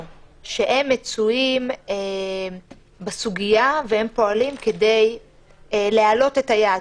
שהן מצויות בסוגיה ופועלות כדי להעלות את היעד.